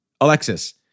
Alexis